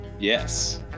Yes